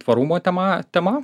tvarumo tema tema